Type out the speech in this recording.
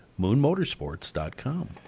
moonmotorsports.com